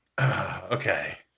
Okay